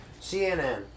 CNN